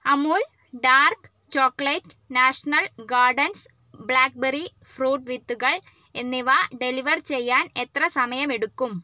Amul dark chocolate national gardens blackberry fruit വിത്തുകൾ എന്നിവ deliver ചെയ്യാൻ എത്ര സമയമെടുക്കും